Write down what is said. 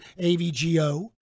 AVGO